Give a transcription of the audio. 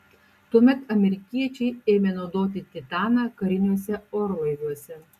tuomet amerikiečiai ėmė naudoti titaną kariniuose orlaiviuose